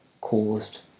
caused